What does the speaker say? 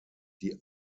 die